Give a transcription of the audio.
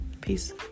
Peace